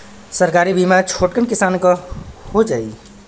सरकारी बीमा छोटकन किसान क हो जाई?